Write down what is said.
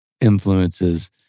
influences